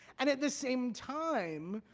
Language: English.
and at the same time,